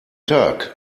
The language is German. tag